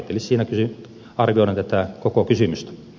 eli siinä arvioidaan tätä koko kysymystä